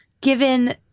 given